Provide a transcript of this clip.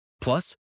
Plus